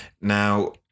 now